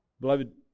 Beloved